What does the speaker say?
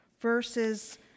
verses